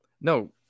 No